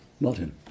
Martin